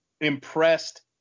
impressed